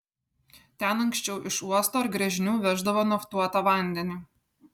ten anksčiau iš uosto ar gręžinių veždavo naftuotą vandenį